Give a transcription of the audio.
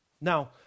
Now